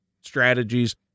strategies